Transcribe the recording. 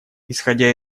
исходя